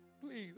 Please